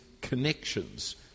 connections